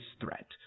threat